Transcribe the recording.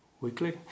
weekly